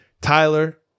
tyler